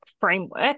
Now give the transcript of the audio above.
framework